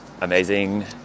amazing